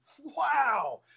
Wow